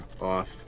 off